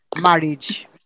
marriage